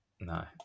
No